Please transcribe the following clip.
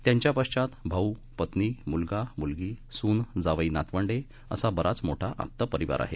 त्यांच्या पश्वात भाऊ पत्नी मुलगा मुलगी सून जावई नातवंडे असा बराच मोठा आप्त परिवार आहेत